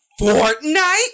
Fortnite